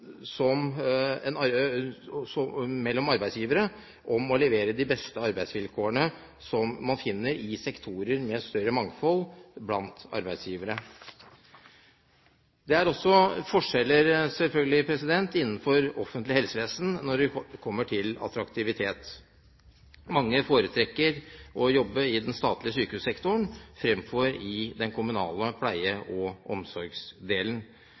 som man finner i sektorer med et større mangfold blant arbeidsgivere. Det er også selvfølgelig forskjeller innenfor offentlig helsevesen når det kommer til attraktivitet. Mange foretrekker å jobbe i den statlige sykehussektoren fremfor i den kommunale pleie- og omsorgsdelen.